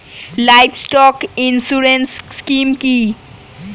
Livestock insurance scheme কি?